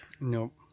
Nope